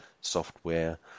software